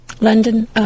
London